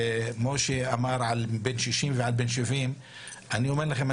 משה אמר על בן 60 ועל בן 70. אני אומר לכם,